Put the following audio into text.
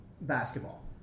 basketball